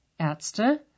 Ärzte